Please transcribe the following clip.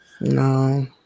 No